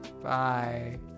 Bye